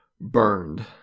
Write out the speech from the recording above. burned